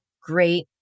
Great